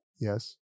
Yes